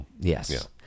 Yes